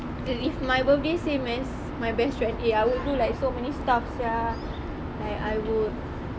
if my birthday same as my best friend eh I will do like so many stuff sia like I would